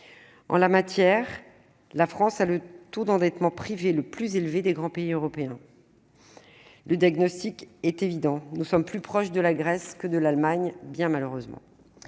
En la matière, la France a le taux d'endettement privé le plus élevé des grands pays européens. Le diagnostic est évident : nous sommes plus proches de la Grèce que de l'Allemagne, bien malheureusement.